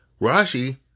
Rashi